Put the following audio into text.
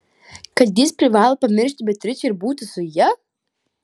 kad jis privalo pamiršti beatričę ir būti su ja